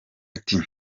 ati